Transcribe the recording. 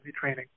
training